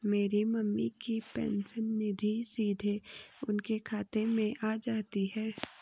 मेरी मम्मी की पेंशन निधि सीधे उनके खाते में आ जाती है